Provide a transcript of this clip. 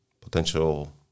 potential